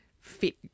fit